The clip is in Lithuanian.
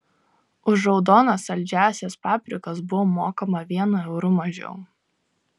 už raudonas saldžiąsias paprikas buvo mokama vienu euru mažiau